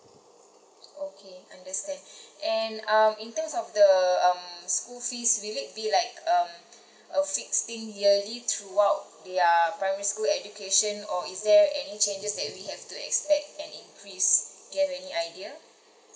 okay understand and um in terms of the um school fees will it be like um a fixed thing yearly throughout their primary school education or is there any changes that we have to expect can increase do you have any idea